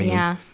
yeah.